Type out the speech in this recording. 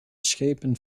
schepen